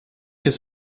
das